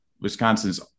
Wisconsin's